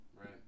right